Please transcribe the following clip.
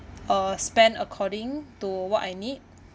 uh spend according to what I need